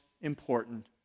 important